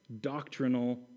doctrinal